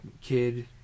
kid